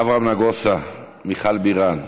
אברהם נגוסה, מיכל בירן,